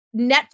Netflix